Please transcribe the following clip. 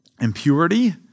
impurity